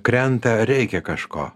krenta reikia kažko